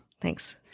Thanks